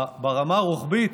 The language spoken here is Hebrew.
ברמה רוחבית